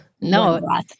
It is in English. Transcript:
No